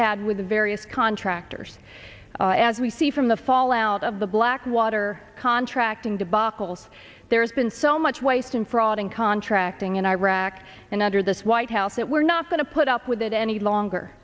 had with the various contractors as we see from the fallout of the blackwater contracting debacle so there's been so much waste and fraud in contracting in iraq and under this white house that we're not going to put up with it any longer